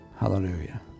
Hallelujah